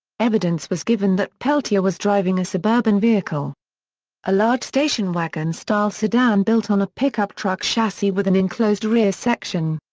evidence was given that peltier was driving a suburban vehicle a large station wagon style sedan built on a pickup truck chassis with an enclosed rear section.